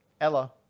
Ella